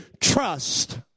trust